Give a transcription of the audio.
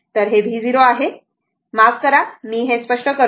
तर हे v0 आहे माफ करा मी हे स्पष्ट करतो